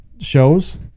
shows